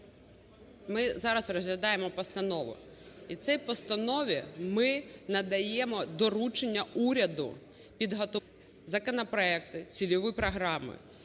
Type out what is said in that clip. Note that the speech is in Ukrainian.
Ми зараз розглядаємо постанову, і в цій постанові ми надаємо доручення уряду підготувати законопроекти, цільові програми